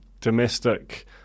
domestic